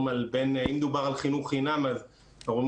אם מדובר על חינוך חינם אז אנחנו מדברים